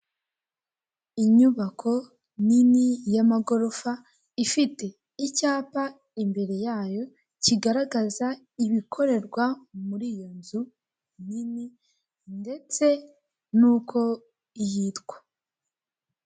Inyubako nini y' amagorofa ifite icyapa imbere yayo kigaragaza ibikorerwa muri iyo nzu nini ndetse n'uko iyitwa.